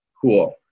cool